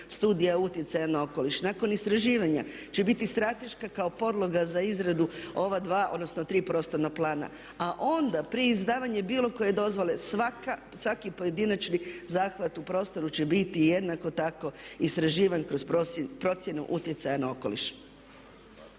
studija utjecaja na okoliš, nakon istraživanja će biti strateška kao podloga za izradu ova dva, odnosno tri prostorna plana a onda prije izdavanja bilo koje dozvole, svaki pojedinačni zahvat u prostoru će biti jednako tako istraživan kroz procjenu utjecaja na okoliš.